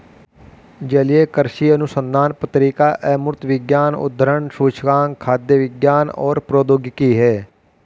जलीय कृषि अनुसंधान पत्रिका अमूर्त विज्ञान उद्धरण सूचकांक खाद्य विज्ञान और प्रौद्योगिकी है